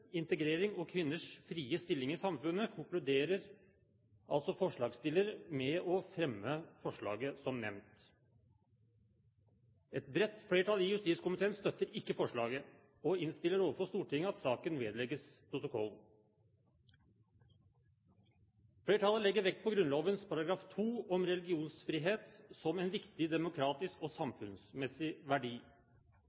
integrering og kvinners frie stilling i samfunnet konkluderer altså forslagstillerne ved å fremme forslaget, som nevnt. Et bredt flertall i justiskomiteen støtter ikke forslaget, og innstiller overfor Stortinget at saken vedlegges protokollen. Flertallet legger vekt på Grunnloven § 2 om religionsfrihet som en viktig demokratisk og